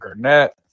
Garnett